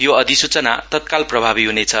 यो अधिसूचजना तत्काल प्रभावित हुनेछ